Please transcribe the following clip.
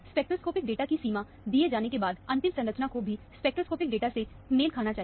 spectroscopic data की सीमा दिए जाने के बाद अंतिम संरचना को सभी स्पेक्ट्रोस्कोपिक डेटा से मेल खाना चाहिए